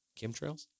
Chemtrails